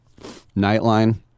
Nightline